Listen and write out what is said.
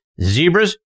Zebras